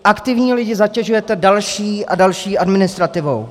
Aktivní lidi zatěžujete další a další administrativou.